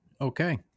Okay